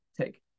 take